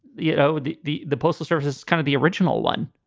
you know, the the the postal service is kind of the original one.